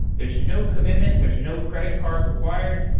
there's no commitment. there's no credit card required.